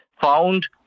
found